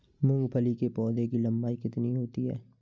मूंगफली के पौधे की लंबाई कितनी होती है?